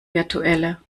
virtuelle